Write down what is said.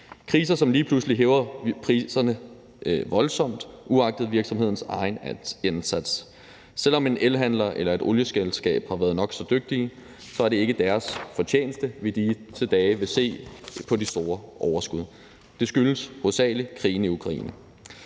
kriser, som lige pludselig hæver priserne voldsomt uagtet virksomhedens egen indsats. Selv om en elhandler eller et olieselskab har været nok så dygtig, er det ikke deres fortjeneste, at vi disse dage ser de store overskud. Det skyldes hovedsagelig krigen i Ukraine.